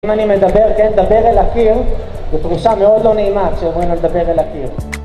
אם אני מדבר, כן? דבר אל הקיר? זה תחושה מאוד לא נעימה כשאומרים לו לדבר אל הקיר.